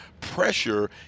pressure